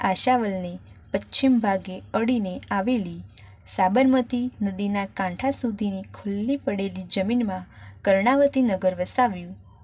આશાવલને પશ્ચિમ ભાગે અડીને આવેલી સાબરમતી નદીના કાંઠા સુધી ખુલ્લી પડેલી જમીનમાં કર્ણાવતી નગર વસાવ્યું